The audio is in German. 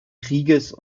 krieges